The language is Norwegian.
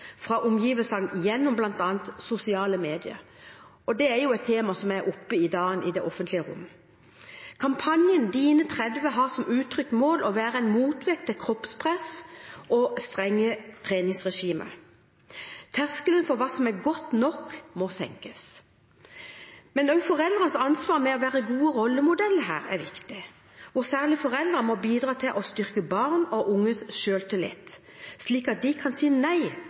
fra omgivelsene, gjennom bl.a. sosiale medier. Og det er jo et tema som er oppe i dagen i det offentlige rom. Kampanjen Dine30 har som uttrykt mål å være en motvekt til kroppspress og strenge treningsregimer. Terskelen for hva som er godt nok må senkes. Men også foreldrenes ansvar ved å være gode rollemodeller her er viktig, og særlig foreldrene må bidra til å styrke barn og unges selvtillit, slik at de kan si nei